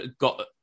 got